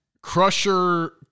Crusher